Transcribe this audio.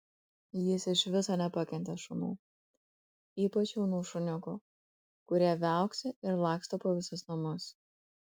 jis iš viso nepakentė šunų ypač jaunų šuniukų kurie viauksi ir laksto po visus namus